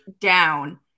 down